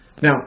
Now